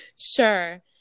Sure